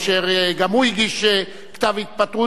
אשר גם הוא הגיש כתב התפטרות,